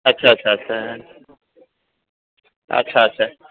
ଆଚ୍ଛା ଆଚ୍ଛା ଆଚ୍ଛା ଆଚ୍ଛା ଆଚ୍ଛା